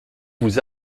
vous